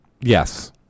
Yes